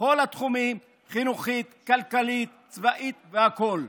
בכל התחומים, חינוכית, כלכלית, צבאית והכול.